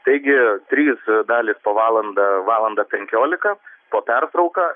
taigi trys dalys po valandą valandą penkiolika po pertrauką